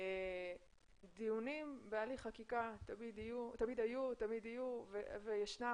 דיונים בהליך חקיקה תמיד היו, תמיד היו וישנם.